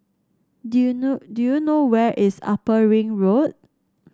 do you know do you know where is Upper Ring Road